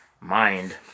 mind